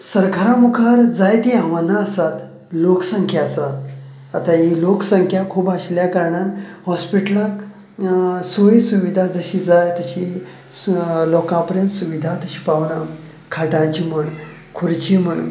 सरकारा मुखार जाय ती आव्हाना आसात लोक संख्या आसा आता ही लोक संख्या खूब आशिल्ल्या कारणान हॉस्पिटलान सोई सुविधा जशी जाय तशी लोकां परेन सुविधा तशी पावाना खाटांची म्हण खुर्ची म्हण